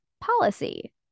policy